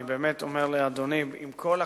אני אומר לאדוני, עם כל הכבוד,